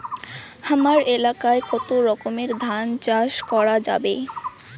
হামার এলাকায় কতো রকমের ধান চাষ করা যাবে?